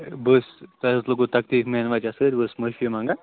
ہَے بہٕ حظ تۄہہِ حظ لوٚگوٕ تکلیٖف میٛانہِ وَجہ سۭتۍ بہٕ حظ چھُس معٲفی منگان